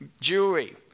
jewelry